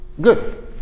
Good